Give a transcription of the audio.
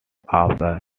after